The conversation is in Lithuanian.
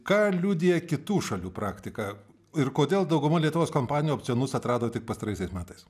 ką liudija kitų šalių praktika ir kodėl dauguma lietuvos kompanijų opcionus atrado tik pastaraisiais metais